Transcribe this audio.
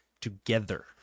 together